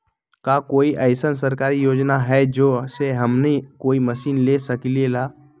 का कोई अइसन सरकारी योजना है जै से हमनी कोई मशीन ले सकीं ला?